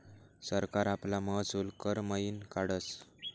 सरकार आपला महसूल कर मयीन काढस